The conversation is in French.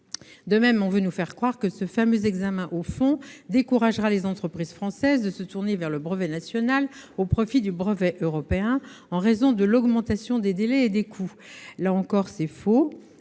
De même, on veut vous faire croire que ce fameux examen au fond découragera les entreprises françaises de se tourner vers le brevet national au profit du brevet européen, en raison de l'augmentation des délais et des coûts. Là encore, c'est faux